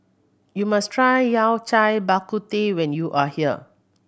you must try Yao Cai Bak Kut Teh when you are here